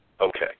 Okay